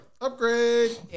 Upgrade